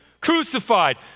crucified